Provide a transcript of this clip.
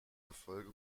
gefolge